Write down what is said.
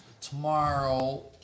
tomorrow